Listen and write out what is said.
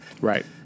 Right